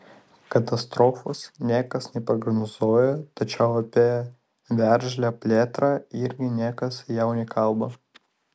katastrofos niekas neprognozuoja tačiau apie veržlią plėtrą irgi niekas jau nekalba